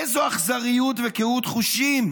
איזו אכזריות וקהות חושים,